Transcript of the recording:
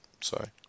sorry